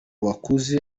bakuze